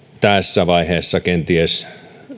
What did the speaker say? tässä vaiheessa kenties